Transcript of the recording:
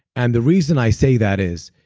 and the reason i say that is,